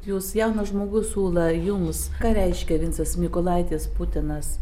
jūs jaunas žmogus ula jums ką reiškia vincas mykolaitis putinas